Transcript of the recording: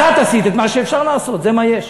אז את עשית את מה שאפשר לעשות, זה מה יש.